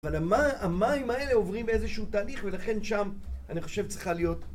אבל המים האלה עוברים באיזשהו תהליך ולכן שם אני חושב צריכה להיות